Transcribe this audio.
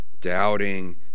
doubting